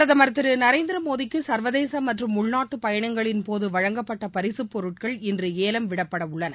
பிரதமர் திரு நரேந்திரமோடிக்கு சர்வதேச மற்றும் உள்நாட்டு பயணங்களின்போது வழங்கப்பட்ட பரிசுப்பொருட்கள் இன்று ஏலம் விடப்படவுள்ளன